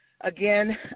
Again